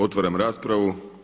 Otvaram raspravu.